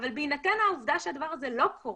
אבל בהינתן העובדה שהדבר הזה לא קורה,